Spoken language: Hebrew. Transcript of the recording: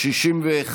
61,